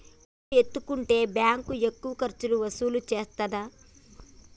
అప్పు ఎత్తుకుంటే బ్యాంకు ఎక్కువ ఖర్చులు వసూలు చేత్తదా?